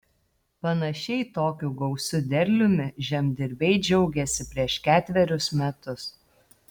panašiai tokiu gausiu derliumi žemdirbiai džiaugėsi prieš ketverius metus